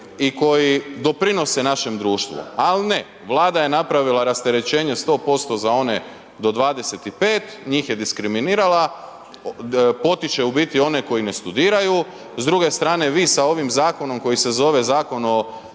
i koji doprinose našem društvu ali ne, Vlada je napravila rasterećenje 100% za one do 25, njih je diskriminirala, potiče u biti one koji ne studiraju, s druge strane vi sa ovim zakonom koji se zove zakon o